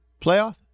playoff